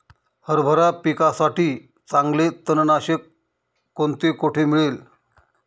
हरभरा पिकासाठी चांगले तणनाशक कोणते, कोठे मिळेल?